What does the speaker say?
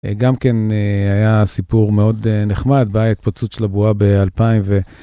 גם כן היה סיפור מאוד נחמד, באה התפוצצות של הבועה באלפיים ו...